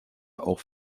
auch